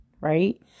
Right